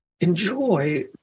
enjoy